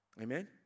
Amen